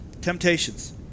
Temptations